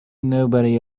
nobody